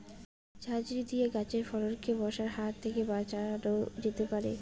ঝাঁঝরি দিয়ে গাছের ফলকে মশার হাত থেকে বাঁচানো যেতে পারে?